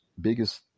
biggest